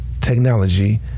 technology